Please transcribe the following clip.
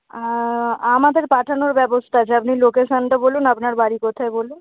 আমাদের পাঠানোর ব্যবস্থা আছে আপনি লোকেশানটা বলুন আপনার বাড়ি কোথায় বলুন